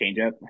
changeup